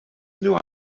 unrhyw